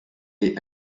est